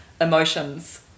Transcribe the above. emotions